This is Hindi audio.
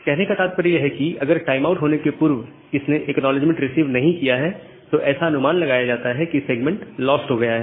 कहने का तात्पर्य है कि अगर टाइम आउट होने के पूर्व इसने एक्नॉलेजमेंट रिसीव नहीं किया है तो ऐसा अनुमान लगाया जाता है कि सेगमेंट लॉस्ट हो गया है